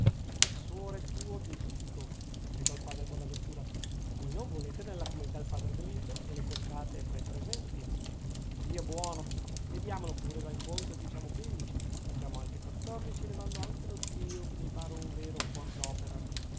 ex ore tuo te judico gridò il padre bonaventura voi non volete nella comunità il padre adelindo e lo contate fra i presenti dio buono leviamolo pure dal conto e diciamo quindici facciamo anzi quattordici levando anche lo zio che mi pare un vero fuor d'opera